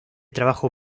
trabajo